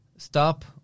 Stop